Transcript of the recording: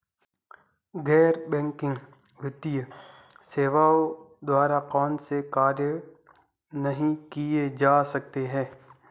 गैर बैंकिंग वित्तीय सेवाओं द्वारा कौनसे कार्य नहीं किए जा सकते हैं?